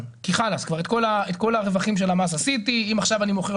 כי את כל הרווחים של המס עשיתי ואם עכשיו אני מוכר,